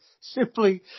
simply